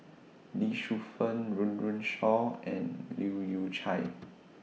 Lee Shu Fen Run Run Shaw and Leu Yew Chye